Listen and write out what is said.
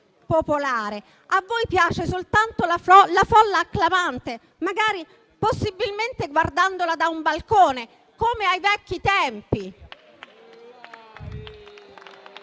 popolare. A voi piace soltanto la folla acclamante, magari possibilmente guardandola da un balcone, come ai vecchi tempi.